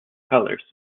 colors